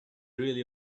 really